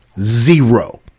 Zero